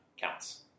counts